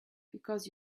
because